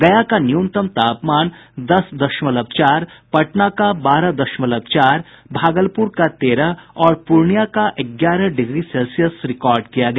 गया का न्यूनतम तापमान दस दशमलव चार पटना का बारह दशमलव चार भागलपुर का तेरह और पूर्णिया का ग्यारह डिग्री सेल्सियस रिकार्ड किया गया